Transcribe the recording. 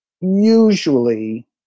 usually